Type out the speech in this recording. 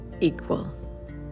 equal